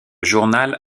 journal